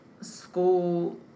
school